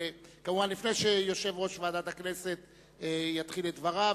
לפני שיושב-ראש ועדת הכנסת יתחיל את דבריו,